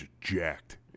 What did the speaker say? jacked